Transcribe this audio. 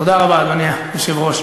תודה רבה, אדוני היושב-ראש.